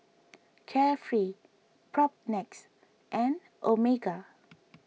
Carefree Propnex and Omega